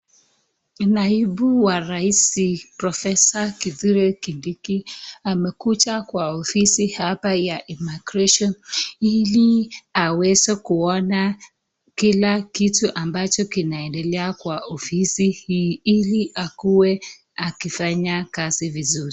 Naibu wa rais profesa Kithure Kindiki amekuja kwa ofisi hapa ya Immigration ili aweze kuona kila kitu ambacho kinaendelea kwa ofisi hii ili akuwe akifanya kazi vizuri.